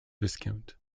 viscount